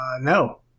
No